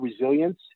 resilience